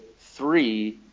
three